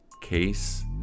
case